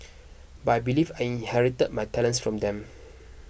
but I believe I inherited my talents from them